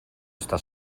esta